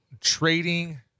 trading